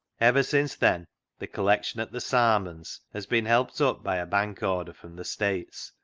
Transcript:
ever since then the collection at the sarmons has been helped up by a bank order from the states,